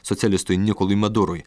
socialistui nikolui madurui